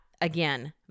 again